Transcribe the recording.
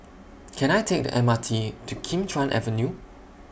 Can I Take The M R T to Kim Chuan Avenue